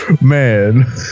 man